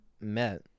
met